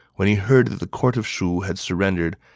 when he heard that the court of shu had surrendered,